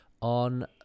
on